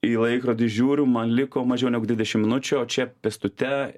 į laikrodį žiūriu man liko mažiau negu dvidešim minučių čia pėstute